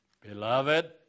beloved